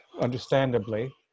understandably